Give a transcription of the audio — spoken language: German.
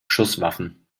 schusswaffen